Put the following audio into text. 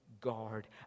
guard